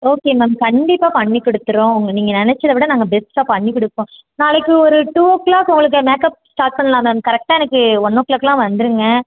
okay ma'am கண்டிப்பாக பண்ணி கொடுத்துருவோம் உங்கள் நீங்கள் நினைச்சத விட நாங்கள் பெஸ்ட்டாக பண்ணி கொடுப்போம் நாளைக்கு ஒரு டூ ஓ க்ளாக் உங்களுக்கு மேக்கப் ஸ்டாட் பண்ணலாம் மேம் கரெக்டாக எனக்கு ஒன் ஓ க்ளாகெலாம் வந்துடுங்க